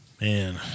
Man